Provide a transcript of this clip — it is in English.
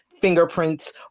fingerprints